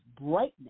brightness